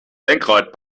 lenkrad